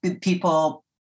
people